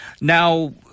Now